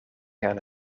gaan